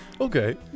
Okay